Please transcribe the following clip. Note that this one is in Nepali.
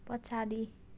पछाडि